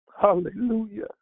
Hallelujah